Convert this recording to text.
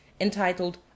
entitled